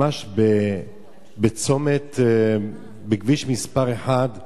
ממש בצומת, בכביש מס' 1,